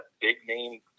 Big-name